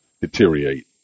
deteriorate